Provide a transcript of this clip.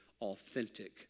authentic